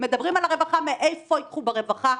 מדברים על הרווחה מאיפה ייקחו ברווחה.